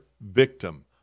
victim